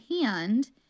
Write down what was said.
hand